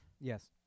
Yes